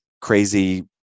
crazy